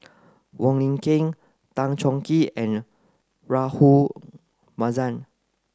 Wong Lin Ken Tan Choh Tee and Rahayu Mahzam